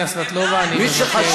לא, לא, לא.